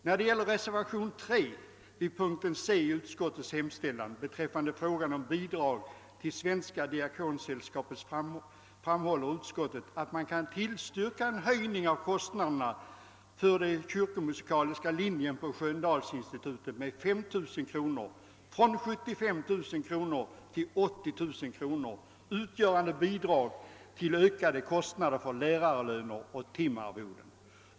När det gäller reservationen III vid punkten C i utskottets utlåtande rörande frågan om bidrag till Svenska diakonsällskapet framhåller utskottet att man kan tillstyrka en höjning av anslaget till den kyrkomusikaliska linjen vid Sköndalsinstitutet med 5000 kronor, alltså från 75 000 till 80 000 kronor, avseende bidrag för ökade kostnader för lärarlöner och timarvoden.